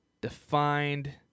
defined